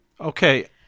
Okay